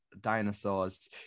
dinosaurs